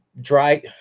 dry